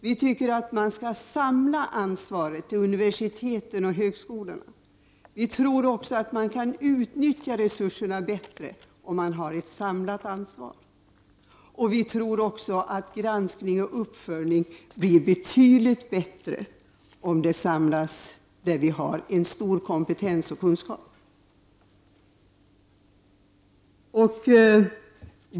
Vi tycker att man skall samla ansvaret till universiteten och högskolorna. Vi tror också att man kan utnyttja resurserna bättre om man har ett samlat ansvar. Vi tror dessutom att granskning och uppföljning blir betydligt bättre om de samlas där det finns kunskap och en stor kompetens.